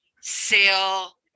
sale